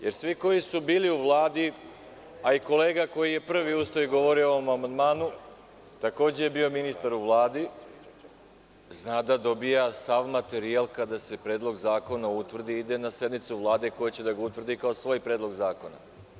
Jer, svi koji su bili u Vladi, a i kolega koji je prvi ustao i govorio o ovom amandmanu, takođe je bio ministar u Vladi, zna da dobija sav materijal kada se Predlog zakona utvrdi i ide na sednicu Vlade, koji će da utvrdi kao svoj Predlog zakona.